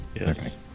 yes